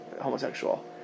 homosexual